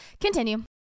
Continue